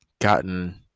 gotten